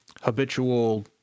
habitual